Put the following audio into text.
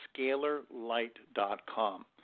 scalarlight.com